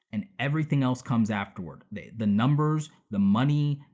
and everything else comes afterward. the the numbers, the money,